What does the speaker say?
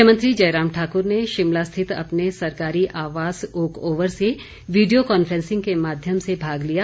मुख्यमंत्री जयराम ठाक्र ने शिमला स्थित अपने सरकारी आवास ओक ओवर से वीडियो कांफ्रेंसिंग के माध्यम से भाग लिया